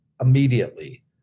immediately